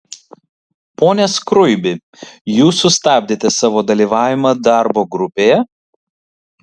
pone skruibi jūs sustabdėte savo dalyvavimą darbo grupėje